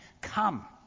come